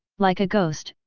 like a ghost,